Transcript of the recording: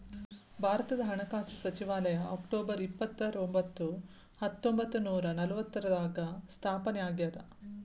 ಭಾರತದ ಹಣಕಾಸು ಸಚಿವಾಲಯ ಅಕ್ಟೊಬರ್ ಇಪ್ಪತ್ತರೊಂಬತ್ತು ಹತ್ತೊಂಬತ್ತ ನೂರ ನಲವತ್ತಾರ್ರಾಗ ಸ್ಥಾಪನೆ ಆಗ್ಯಾದ